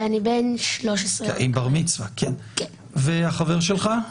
ואני בן 13. והחבר שלך?